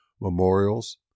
Memorials